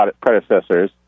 predecessors